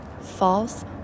False